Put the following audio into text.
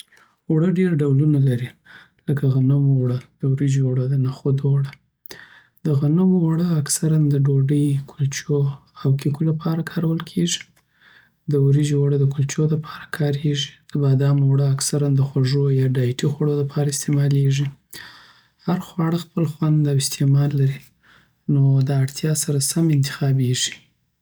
اوړه ډېر ډولونه لري، لکه غنمو اوړه، د وریجو اوړه، دنخودو اوړه. د غنمو اوړه اکثره د ډوډی، کلچو او کیکو لپاره کارول کېږي. د وریجو اوړه دکلچو دپاره کریږی د بادامو اوړه اکثره د خوږو یا ډایټي خوړو لپاره استعمالوی هر اوړه خپل خوند او استعمال لري، نو د داړتیا سره سم انتخابېږي.